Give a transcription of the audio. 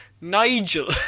Nigel